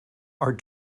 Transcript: are